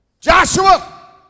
joshua